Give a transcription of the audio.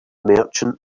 merchant